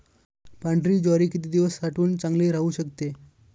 पांढरी ज्वारी किती दिवस साठवून चांगली राहू शकते?